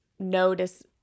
notice